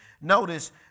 Notice